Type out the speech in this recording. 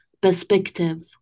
perspective